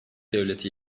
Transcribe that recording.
devleti